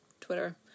Twitter